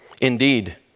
Indeed